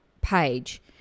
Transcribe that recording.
page